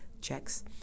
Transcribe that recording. checks